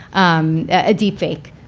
um a deep fake.